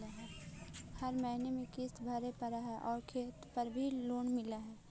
हर महीने में किस्त भरेपरहै आउ खेत पर भी लोन मिल है?